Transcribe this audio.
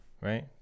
right